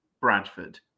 Bradford